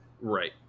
Right